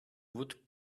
would